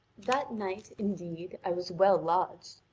that night, indeed, i was well lodged,